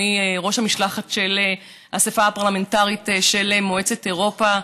ראש המשלחת של האספה הפרלמנטרית של מועצת אירופה.